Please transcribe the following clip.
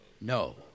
No